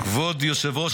כבוד היושב-ראש,